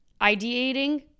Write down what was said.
ideating